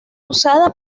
usada